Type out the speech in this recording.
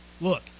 look